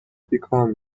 بیکار